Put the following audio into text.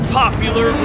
popular